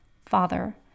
Father